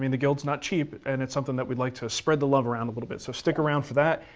i mean the guild's not cheap and it's somethin' that we'd like to spread the love around a little bit. so stick around for that.